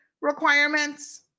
requirements